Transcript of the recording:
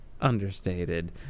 Understated